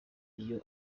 iyo